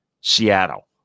Seattle